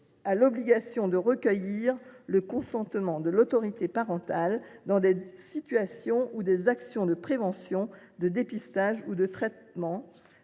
à l’obligation de recueillir le consentement de l’autorité parentale dans des situations où des actions de prévention, de dépistage ou de traitement